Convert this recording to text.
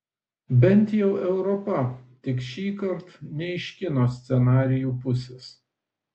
bent jau europa tik šįkart ne iš kino scenarijų pusės